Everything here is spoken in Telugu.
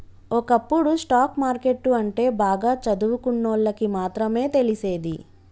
ఒకప్పుడు స్టాక్ మార్కెట్టు అంటే బాగా చదువుకున్నోళ్ళకి మాత్రమే తెలిసేది